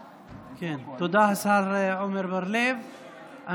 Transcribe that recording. תודה, השר עמר בר לב.